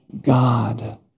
God